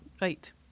right